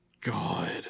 God